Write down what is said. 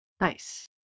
Nice